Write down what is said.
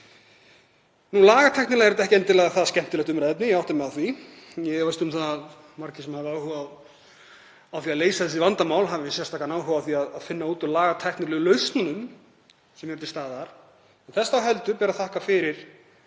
Lagatæknilega séð er þetta ekki endilega skemmtilegt umræðuefni, ég átta mig á því. Ég efast um að margir sem hafa áhuga á því að leysa þessi vandamál hafi sérstakan áhuga á því að finna út úr lagatæknilegum lausnum sem eru til staðar. Þess þá heldur ber að þakka fyrir